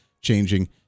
changing